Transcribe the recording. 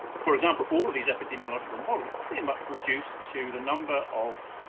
for example, all of these epidemiological models pretty much reduce to the number of,